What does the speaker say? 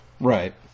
Right